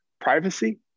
privacy